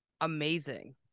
Amazing